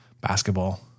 basketball